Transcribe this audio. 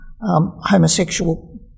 homosexual